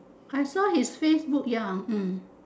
I saw his facebook ya hmm